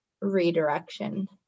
redirection